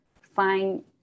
find